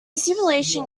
simulation